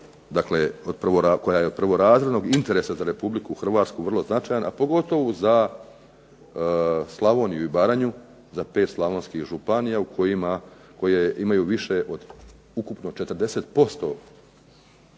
dakle koja je od prvorazrednog interesa za Republiku Hrvatsku vrlo značajna, a pogotovo za Slavoniju i Baranju, za pet slavonskih županija koje imaju više od ukupno 40%